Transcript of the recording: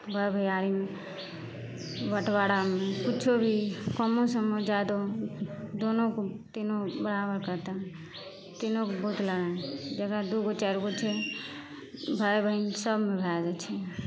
भाय भैआरीमे बँटबारामे किछु भी कमो सममे जादोमे दोनोके तीनो बराबर करतै तीनोके बहुत लड़ाइ होइत छै जेकरा दू गो चारि गो छै भाय बहिन सबमे भए जाइत छै